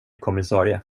kommissarie